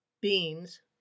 beans